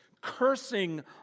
cursing